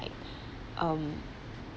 um